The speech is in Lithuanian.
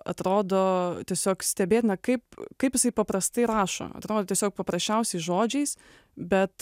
atrodo tiesiog stebėtina kaip kaip jisai paprastai rašo atrodo tiesiog paprasčiausiais žodžiais bet